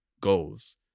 goals